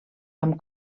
amb